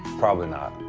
probably not.